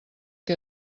que